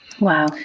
Wow